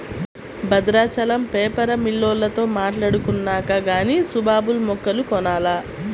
Bhadrachalam paper మిల్లోల్లతో మాట్టాడుకొన్నాక గానీ సుబాబుల్ మొక్కలు కొనాల